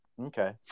Okay